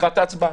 לקראת ההצבעה,